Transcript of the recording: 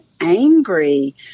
angry